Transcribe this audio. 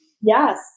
Yes